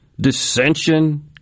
dissension